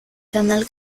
canal